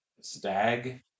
Stag